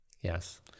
yes